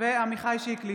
עמיחי שיקלי,